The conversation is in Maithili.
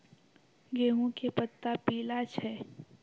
गेहूँ के पत्ता पीला छै?